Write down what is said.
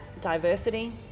diversity